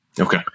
Okay